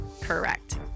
correct